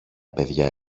παιδιά